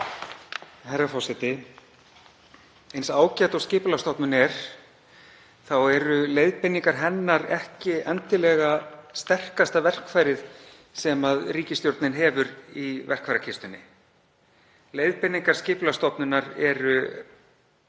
Herra forseti. Eins ágæt og Skipulagsstofnun er eru leiðbeiningar hennar ekki endilega sterkasta verkfærið sem ríkisstjórnin hefur í verkfærakistunni. Leiðbeiningar Skipulagsstofnunar eru,